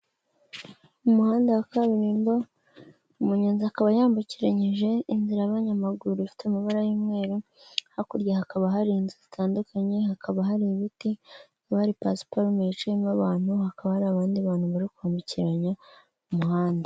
Umuhanda wa kaburimbo, umunyonzi akaba yambukiranyije inzira y'abanyamaguru ifite amabara y'umweru, hakurya hakaba hari inzu zitandukanye, hakaba hari ibiti, hari pasuparume yicayemo abantu, hakaba hari abandi bantu bari kwambukiranya umuhanda.